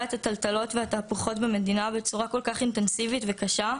את הטלטלות והתהפוכות במדינה בצורה כל כך אינטנסיבית וקשה,